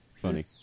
Funny